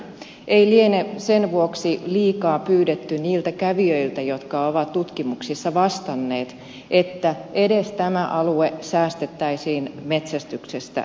ei liene sen vuoksi liikaa pyydetty niiltä kävijöiltä jotka ovat tutkimuksissa hyväksyneet metsästyksen että edes tämä alue säästettäisiin metsästyksestä vapaana